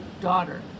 Daughter